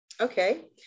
Okay